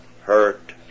hurt